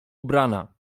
ubrana